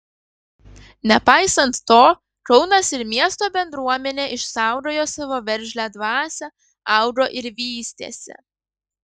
nepaisant to kaunas ir miesto bendruomenė išsaugojo savo veržlią dvasią augo ir vystėsi